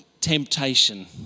temptation